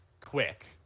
quick